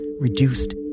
reduced